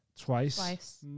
Twice